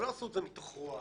לא עשו את זה מתוך רוע,